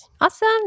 awesome